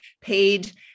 paid